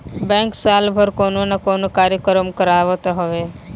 bank साल भर कवनो ना कवनो कार्यक्रम करावत हवे